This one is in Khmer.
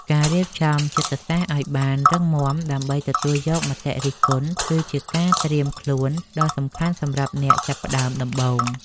ការរៀបចំចិត្តសាស្ត្រឱ្យបានរឹងមាំដើម្បីទទួលយកមតិរិះគន់ គឺជាការត្រៀមខ្លួនដ៏សំខាន់សម្រាប់អ្នកចាប់ផ្តើមដំបូង។